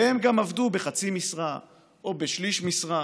והם גם עבדו בחצי משרה או בשליש משרה,